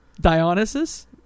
Dionysus